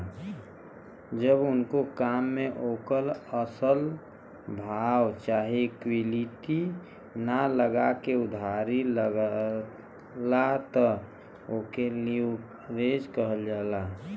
जब कउनो काम मे ओकर असल भाव चाहे इक्विटी ना लगा के उधारी लगला त ओके लीवरेज कहल जाला